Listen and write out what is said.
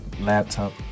laptop